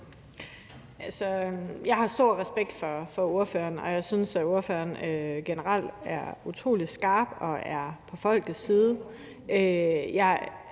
Jeg har stor respekt for ordføreren, og jeg synes, at ordføreren generelt er utrolig skarp og er på folkets side. Men jeg